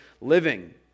living